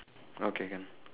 okay can